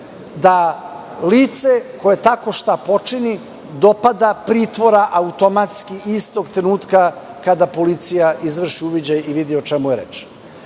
da lice koje tako šta počini dopada pritvora automatski istog trenutka kada policija izvrši uviđaj i vidi o čemu je reč,